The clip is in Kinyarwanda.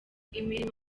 imirimo